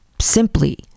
simply